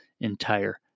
entire